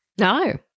No